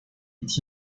est